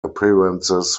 appearances